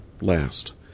last